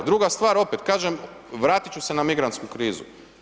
Druga stvar, opet kažem, vratit ću se na migrantsku krizu.